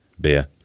beer